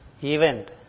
event